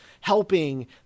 helping